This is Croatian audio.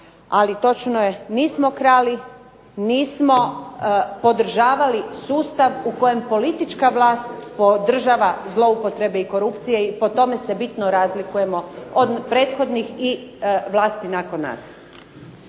Ali točno je nismo krali, nismo podržavali sustav u kojem politička vlast podržava zloupotrebe i korupcije i po tome se bitno razlikujemo od prethodnih i vlasti nakon nas.